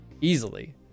easily